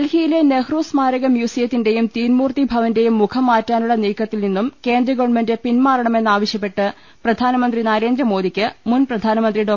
ഡൽഹിയിലെ നെഹ്റു സ്മാര്ക മ്യൂസിയത്തിന്റേയും തീൻമൂർത്തി ഭവന്റെയും മുഖം മാറ്റാനുള്ള നീക്കത്തിൽനിന്നും കേന്ദ്രഗവൺമെന്റ് പിന്മാറണമെന്നാവശൃപ്പെട്ട് പ്രധാനമന്ത്രി നരേന്ദ്രമോദിക്ക് മുൻപ്രധാനമന്ത്രി ഡോ